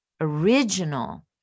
original